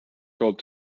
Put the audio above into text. told